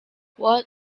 what